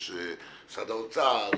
יש משרד האוצר.